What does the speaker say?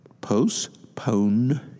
postpone